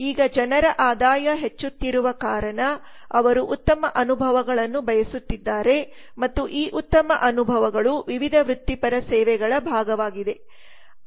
ಈಗ ಜನರ ಆದಾಯ ಹೆಚ್ಚುತ್ತಿರುವ ಕಾರಣ ಅವರು ಉತ್ತಮ ಅನುಭವಗಳನ್ನು ಬಯಸುತ್ತಿದ್ದಾರೆ ಮತ್ತು ಈ ಉತ್ತಮ ಅನುಭವಗಳು ವಿವಿಧ ವೃತ್ತಿಪರ ಸೇವೆಗಳ ಭಾಗವಾಗಿದೆ